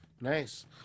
Nice